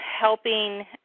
helping